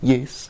Yes